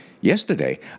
Yesterday